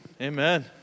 Amen